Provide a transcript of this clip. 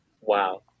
wow